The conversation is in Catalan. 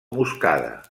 moscada